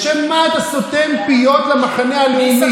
בשם מה אתה סותם פיות למחנה הלאומי?